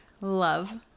love